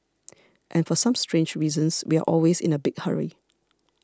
and for some strange reasons we are always in a big hurry